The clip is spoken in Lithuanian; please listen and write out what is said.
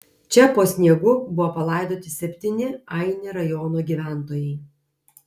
čia po sniegu buvo palaidoti septyni aini rajono gyventojai